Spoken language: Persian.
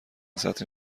سطری